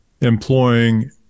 employing